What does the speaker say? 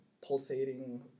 pulsating